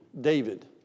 David